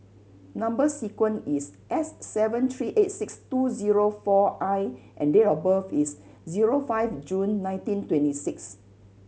number sequence is S seven three eight six two zero four I and date of birth is zero five June nineteen twenty six